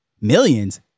Millions